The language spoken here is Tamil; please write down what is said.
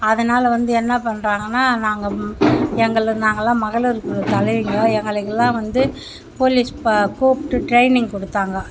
அதனால் வந்து என்ன பண்ணுறாங்கன்னா நாங்கள் எங்களுக்கு நாங்கலாம் மகளிர் குழு தலைவிங்க எங்களுக்குலாம் வந்து போலீஸ் கூப்பிட்டு டிரைனிங் கொடுத்தாங்க